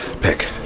pick